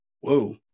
whoa